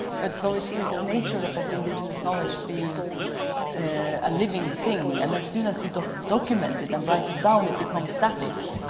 but so it is this nature of indigenous knowledge being a living thing and as soon as you document it and write it down, it becomes static.